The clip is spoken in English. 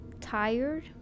tired